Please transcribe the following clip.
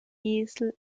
esel